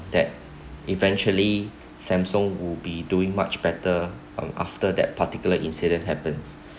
that eventually Samsung would be doing much better on after that particular incident happened